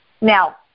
Now